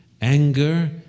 anger